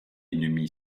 ennemi